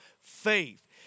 faith